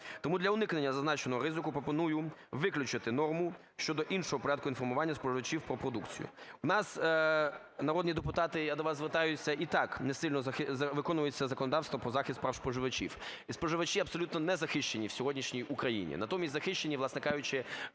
Тому для уникнення зазначеного ризику пропоную виключити норму щодо іншого порядку інформування споживачів про продукцію. У нас, народні депутати, я до вас звертаюся, і так не сильно виконується законодавство про захист прав споживачів. І споживачі абсолютно не захищені в сьогоднішній Україні. Натомість захищені, власне кажучи, правляча